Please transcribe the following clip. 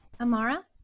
Amara